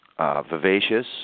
Vivacious